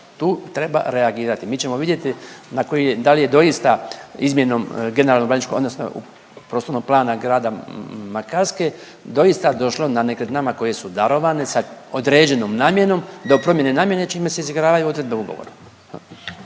tu treba reagirati. Mi ćemo vidjeti na koji je, da li je doista izmjenom generalno-urbaničko… odnosno prostornog plana grada Makarske doista došlo na nekretninama koje su darovane sa određenom namjenom do promjene namjene čime se izigravaju odredbe ugovora.